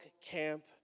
camp